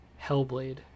Hellblade